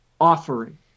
offering